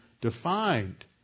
defined